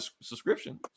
subscription